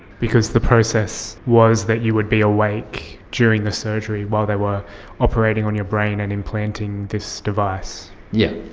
because the process was that you would be awake during the surgery while they were operating on your brain and implanting this device. yes.